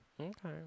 Okay